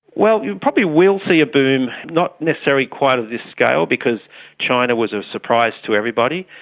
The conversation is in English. well, you probably will see a boom, not necessarily quite of this scale because china was a surprise to everybody,